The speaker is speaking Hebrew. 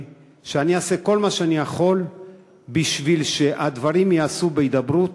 שאעשה כל מה שאני יכול כדי שהדברים ייעשו בהידברות,